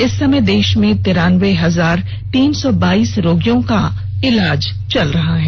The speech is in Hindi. इस समय देश में तिरानबे हजार तीन सौ बाइस रोगियों का इलाज चल रहा है